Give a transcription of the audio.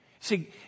See